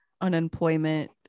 unemployment